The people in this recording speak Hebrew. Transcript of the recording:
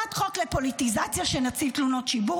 הצעת חוק לפוליטיזציה של נציב תלונות ציבור